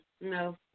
No